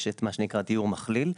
יש את מה שנקרא ׳דיור מכליל׳.